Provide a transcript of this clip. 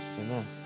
amen